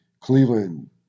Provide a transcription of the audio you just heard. Cleveland